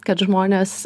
kad žmonės